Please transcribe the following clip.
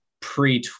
pre